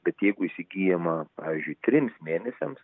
bet jeigu įsigyjama pavyzdžiui trims mėnesiams